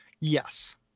Yes